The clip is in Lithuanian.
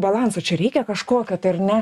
balanso čia reikia kažkokio tai ar ne